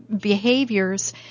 behaviors